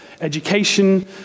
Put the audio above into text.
Education